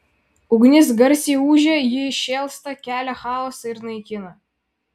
ugnis garsiai ūžia ji šėlsta kelia chaosą ir naikina